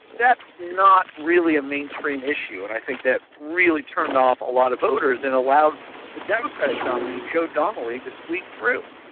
not really a mainstream issue and i think that really turned off a lot of voters and allowed the democratic nominee joe donnelly to squeak through.